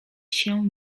się